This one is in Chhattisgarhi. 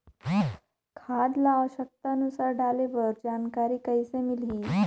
खाद ल आवश्यकता अनुसार डाले बर जानकारी कइसे मिलही?